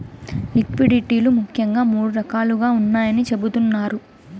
liquidity లు ముఖ్యంగా మూడు రకాలుగా ఉన్నాయని చెబుతున్నారు